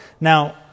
Now